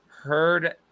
Heard